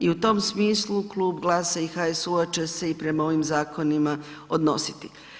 I u tom smislu klub GLAS-a i HSU-a će se i prema ovim zakonima odnositi.